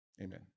Amen